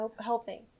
helping